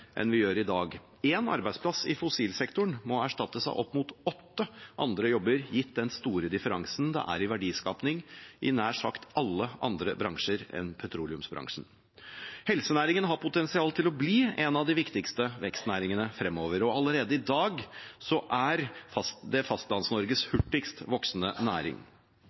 enn vi gjør i dag. Én arbeidsplass i fossilsektoren må erstattes av opp mot åtte andre jobber, gitt den store differansen det er i verdiskaping mellom nær sagt alle andre bransjer og petroleumsbransjen. Helsenæringen har potensial til å bli en av de viktigste vekstnæringene fremover. Allerede i dag er det Fastlands-Norges hurtigst voksende næring.